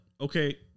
Okay